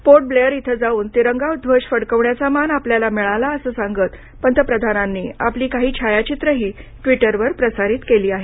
port Blair इथं जाऊन तिरंगा ध्वज फडकवण्याचा मान आपल्याला मिळाला असं सांगत पंतप्रधानांनी आपली काही छायाचित्रही ट्वीटरवर प्रसारित केली आहेत